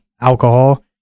alcohol